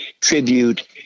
tribute